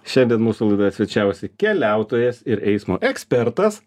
šiandien mūsų laidoje svečiavosi keliautojas ir eismo ekspertas